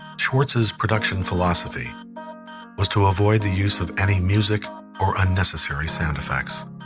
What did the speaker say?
schwartz's production philosophy was to avoid the use of any music or unnecessary sound effects.